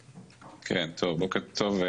כאמור,